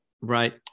Right